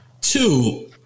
Two